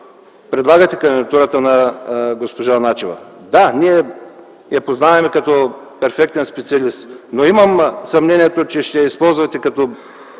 предлагате кандидатурата на госпожа Начева. Да, ние я познаваме като перфектен специалист, но имам съмнението, че ще я използвате като